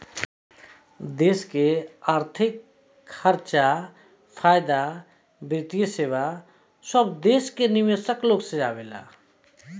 देश के अर्थिक खर्चा, फायदा, वित्तीय सेवा सब सरकारी निवेशक लोग से आवेला